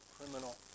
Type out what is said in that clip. criminal